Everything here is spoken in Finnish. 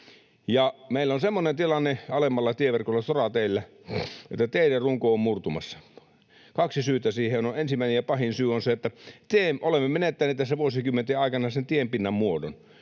Meillä on semmoinen tilanne alemmalla tieverkolla sorateillä, että teiden runko on murtumassa. On kaksi syytä siihen: Ensimmäinen ja pahin syy on se, että olemme menettäneet tässä vuosikymmenten aikana sen tienpinnan muodon,